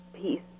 peace